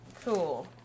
Cool